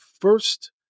first